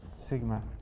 sigma